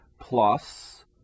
plus